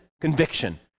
conviction